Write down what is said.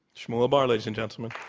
shmuel bar, ladies and gentlemen.